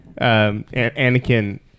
Anakin